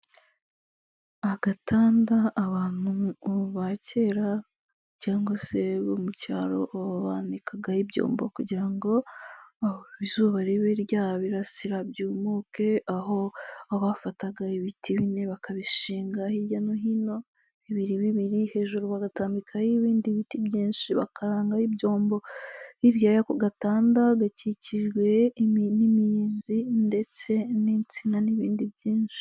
Agatanda abantu ba kera cyangwa se bo mu cyaro baba banikagaho ibyombo kugira ngo aho izuba ribe ryabirasira byumuke aho bafataga ibiti bine bakabishinga hirya no hino bibiri bibiri, hejuru bagatambika ibindi biti byinshi bakarangaho ibyombo, hirya ku gatanda gakikijwe n'imiyezi ndetse n'insina n'ibindi byinshi.